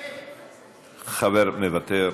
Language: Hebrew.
חבר, מוותר.